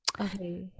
Okay